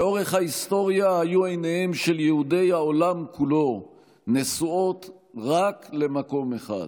לאורך ההיסטוריה היו עיניהם של יהודי העולם כולו נשואות רק למקום אחד,